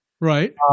Right